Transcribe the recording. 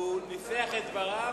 הוא ניסח את דבריו.